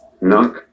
Knock